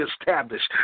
established